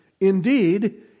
Indeed